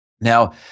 Now